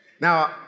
Now